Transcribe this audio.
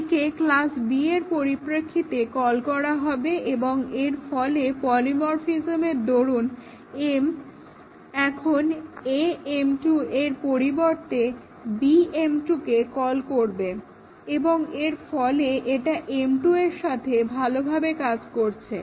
একে class B এর পরিপ্রেক্ষিতে কল করা হবে এবং এর ফলে পলিমরফিজমের দরুন m এখন Am2 এর পরিবর্তে Bm2 কে কল করবে এবং এর ফলে এটা m2 এর সাথে ভালোভাবে কাজ করছে